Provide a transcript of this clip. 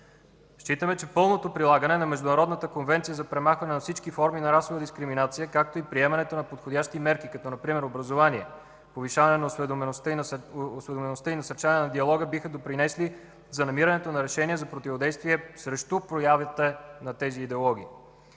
Считаме, че пълното прилагане на Международната конвенция за премахване на всички форми на расова дискриминация, както и приемането на подходящи мерки, като например образование, повишаване на осведомеността и насърчаване на диалога, биха допринесли за намирането на решения за противодействие срещу проявите на тези идеологии.